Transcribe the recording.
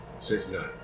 Sixty-nine